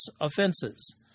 offenses